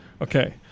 okay